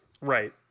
right